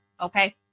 Okay